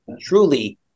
Truly